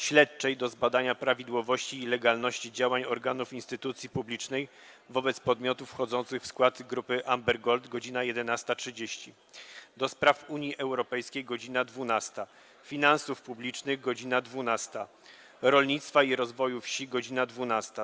Śledczej do zbadania prawidłowości i legalności działań organów i instytucji publicznych wobec podmiotów wchodzących w skład grupy Amber Gold - godz. 11.30, - do Spraw Unii Europejskiej - godz. 12, - Finansów Publicznych - godz. 12, - Rolnictwa i Rozwoju Wsi - godz. 12,